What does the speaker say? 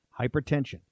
Hypertension